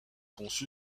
conçu